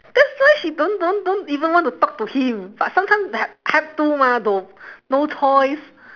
that's why she don't don't don't even want to talk to him but sometime ha~ have to mah though no choice